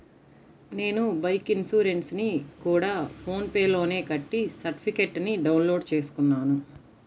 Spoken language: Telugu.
నేను బైకు ఇన్సురెన్సుని గూడా ఫోన్ పే లోనే కట్టి సర్టిఫికేట్టుని డౌన్ లోడు చేసుకున్నాను